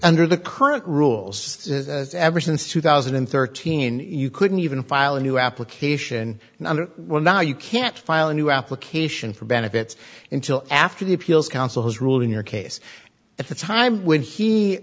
under the current rules ever since two thousand and thirteen you couldn't even file a new application under well now you can't file a new application for benefits until after the appeals council has ruled in your case at the time when he